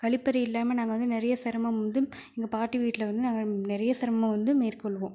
கழிப்பறை இல்லாமல் நாங்கள் வந்து நிறைய சிரமம் வந்து எங்கள் பாட்டி வீட்டில் வந்து நாங்கள் நிறைய சிரமம் வந்து மேற்கொள்வோம்